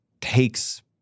takes